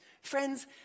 Friends